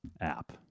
app